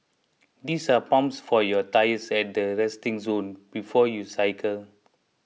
these are pumps for your tyres at the resting zone before you cycle